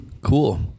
cool